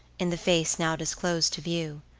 in the face now disclosed to view.